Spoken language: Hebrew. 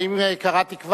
האם כבר קראתי?